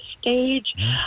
stage